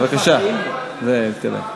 בבקשה, תתקדם.